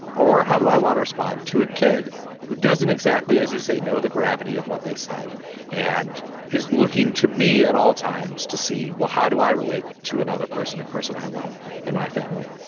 or how do i want to respond to a kid who doesn't exactly as you say know the gravity of what they said and is looking to me at all times to see well how do i relate to another person a person i love and my family.